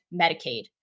Medicaid